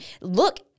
look